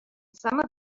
some